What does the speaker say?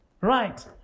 Right